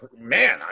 man